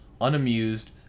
unamused